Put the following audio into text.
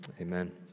amen